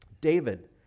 David